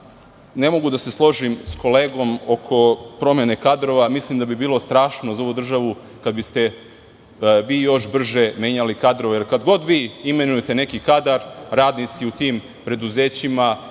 mogu da se složim s kolegom oko promene kadrova. Mislim da bi bilo strašno za ovu državu kada biste vi još brže menjali kadrove, jer kad god vi imenujete neki kadar, radnici u tim preduzećima,